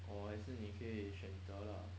or 还是你可以选择啦